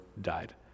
died